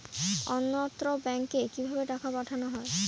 অন্যত্র ব্যংকে কিভাবে টাকা পাঠানো য়ায়?